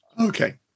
Okay